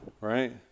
right